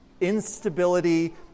instability